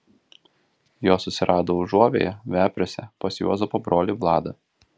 jos susirado užuovėją vepriuose pas juozapo brolį vladą